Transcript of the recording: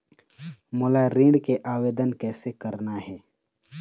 मोला ऋण के आवेदन कैसे करना हे?